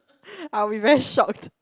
I will be very shocked